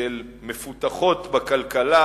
מפותחות בכלכלה